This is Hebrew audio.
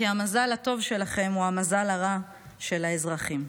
כי המזל הטוב שלכם הוא המזל הרע של האזרחים.